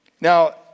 Now